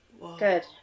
Good